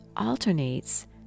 alternates